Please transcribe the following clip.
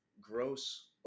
gross